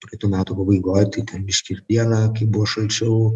praeitų metų pabaigoj tai ten biškį ir dieną kai buvo šalčiau